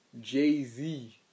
Jay-Z